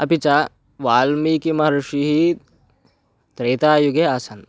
अपि च वाल्मीकिमहर्षिः त्रेतायुगे आसन्